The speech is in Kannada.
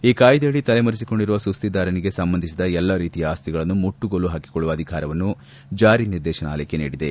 ಈ ಕಾಯ್ದೆಯಡಿ ತಲೆ ಮರೆಸಿಕೊಂಡಿರುವ ಸುಸ್ತಿದಾರನಿಗೆ ಸಂಬಂಧಿಸಿದ ಎಲ್ಲ ರೀತಿಯ ಆಸ್ತಿಗಳನ್ನು ಮುಟ್ಟಗೋಲು ಹಾಕಿಕೊಳ್ಳುವ ಅಧಿಕಾರವನ್ನು ಜಾರಿ ನಿರ್ದೇಶನಾಲಯಕ್ಕೆ ನೀಡಿದೆ